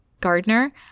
Gardner